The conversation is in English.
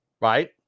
right